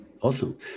Awesome